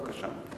בבקשה.